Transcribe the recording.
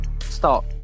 Stop